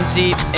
deep